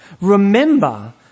remember